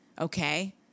Okay